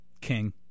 King